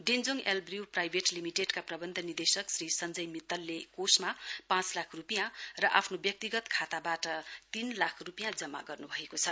Denjong Albrew private लिमिटेडका प्रबन्ध निर्देशक श्री सञ्जय मित्तलले कोषमा पाँच लाख रूपियाँ र आफ्नो व्यक्तिगत खाताबाट तीन लाख रूपियाँ जमा गर्नु भएको छ